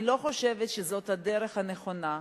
אני לא חושבת שזאת הדרך הנכונה,